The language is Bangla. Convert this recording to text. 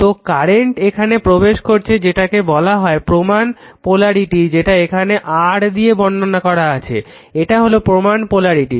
তো কারেন্ট এখানে প্রবেশ করছে যেটাকে বলা হয় প্রমান পোলারিটি যেটা এখানে r দিয়ে বর্ণনা করা আছে এটা হলো প্রমান পোলারিটি